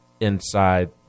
inside